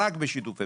רק בשיתופי